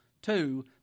Two